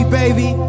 baby